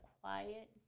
quiet